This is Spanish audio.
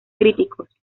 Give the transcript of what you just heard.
críticos